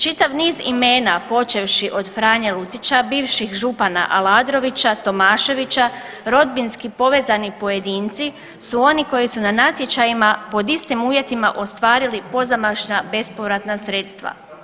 Čitav niz imena, počevši od Franje Lucića bivših župana Aladrovića, Tomaševića, rodbinski povezani pojedinci su oni koji su na natječajima pod istim uvjetima ostvarili pozamašna bespovratna sredstva.